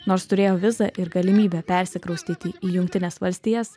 nors turėjo vizą ir galimybę persikraustyti į jungtines valstijas